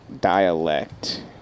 dialect